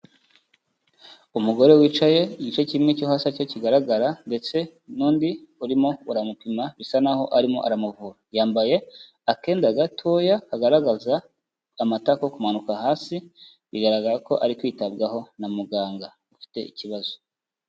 Umugore wicaye igice kimwe cyo hasi aricyo kigaragara ndetse n'undi urimo uramupima bisa naho arimo aramuvura, yambaye akenda gatoya kagaragaza amatako kumanuka hasi, bigaragara ko ari kwitabwaho na muganga afite ikibazo.